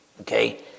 Okay